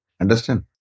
Understand